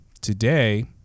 Today